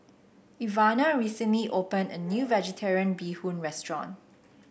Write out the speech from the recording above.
Ivana recently opened a new vegetarian Bee Hoon restaurant